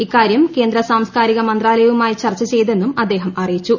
ഇക്കാര്യം കേന്ദ്ര സ്മാംസ്കാരിക മന്ത്രാലയവുമായി ചർച ചെയ്തെന്നും അദ്ദേഹം അറിയിച്ചു